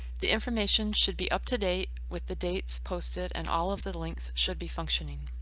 the information should be up-to-date with the dates posted and all of the the links should be functioning.